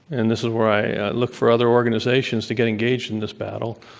and this is where i look for other organizations to get engaged in this battle,